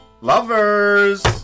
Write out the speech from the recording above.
Lovers